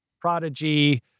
prodigy